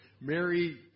Mary